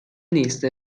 نیست